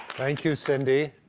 thank you, cindy.